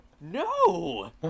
No